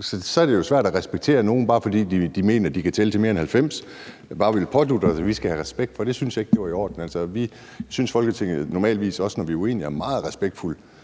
Så er det jo svært at respektere nogen, altså bare fordi de mener, at de kan tælle til mere end 90, og bare fordi de pådutter os, at vi skal have respekt. Det synes jeg ikke er i orden. Altså, vi synes, Folketinget normalvis, også når vi er uenige, er meget respektfuldt.